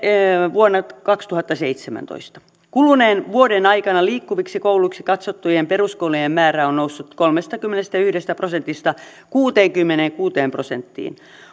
vuonna kaksituhattaseitsemäntoista kuluneen vuoden aikana liikkuviksi kouluiksi katsottujen peruskoulujen määrä on noussut kolmestakymmenestäyhdestä prosentista kuuteenkymmeneenkuuteen prosenttiin